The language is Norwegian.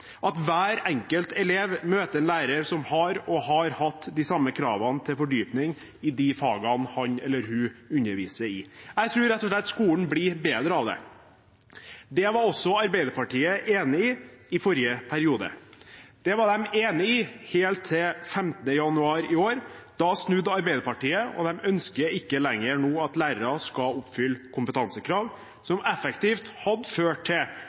at hver enkelt elev møter en lærer som har og har hatt de samme kravene til fordypning i de fagene han eller hun underviser i. Jeg tror rett og slett skolen blir bedre av det. Det var også Arbeiderpartiet enig i i forrige periode. Det var de enig i helt til 15. januar i år. Da snudde Arbeiderpartiet, og de ønsker ikke lenger at lærere skal oppfylle kompetansekrav, som effektivt hadde ført til